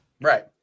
Right